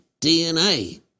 DNA